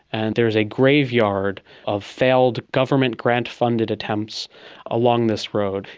and there is a graveyard of failed government grant funded attempts along this road.